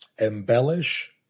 embellish